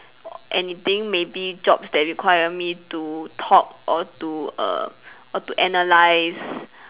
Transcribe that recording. anything maybe jobs that require me to talk or to err or to analyse